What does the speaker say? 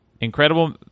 incredible